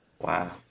wow